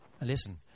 Listen